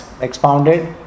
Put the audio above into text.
expounded